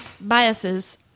biases